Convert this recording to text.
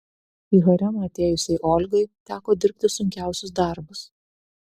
į haremą atėjusiai olgai teko dirbti sunkiausius darbus